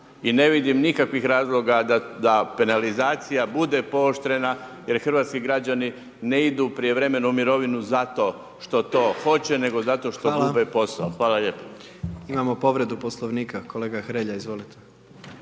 I ne vidim nikakvih razloga da penalizacija bude pooštrena jer hrvatski građani ne idu u prijevremenu mirovinu zato što to hoće nego zato što gube posao. Hvala lijepo. **Jandroković, Gordan (HDZ)** Imamo povredu Poslovnika, kolega Hrelja, izvolite.